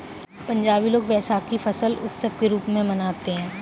पंजाबी लोग वैशाखी फसल उत्सव के रूप में मनाते हैं